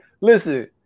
Listen